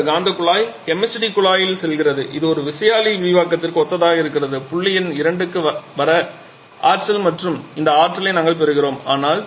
பின்னர் அது காந்தக் குழாய் MHD குழாயில் செல்கிறது இது ஒரு விசையாழி விரிவாக்கத்திற்கு ஒத்ததாக இருக்கிறது புள்ளி எண் 2 க்கு வர ஆற்றல் மற்றும் இந்த ஆற்றலை நாங்கள் பெறுகிறோம்